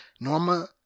Norma